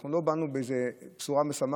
אנחנו לא באנו עם איזו בשורה משמחת.